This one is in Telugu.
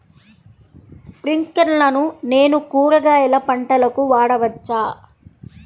స్ప్రింక్లర్లను నేను కూరగాయల పంటలకు వాడవచ్చా?